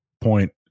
point